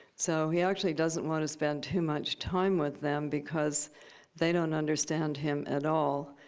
so he actually doesn't want to spend too much time with them because they don't understand him at all,